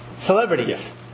Celebrities